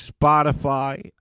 Spotify